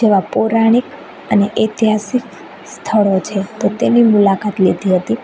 જેવા પૌરાણિક અને એતિહાસિક સ્થળો છે તો તેની મુલાકાત લીધી હતી